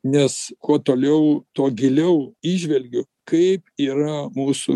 nes kuo toliau tuo giliau įžvelgiu kaip yra mūsų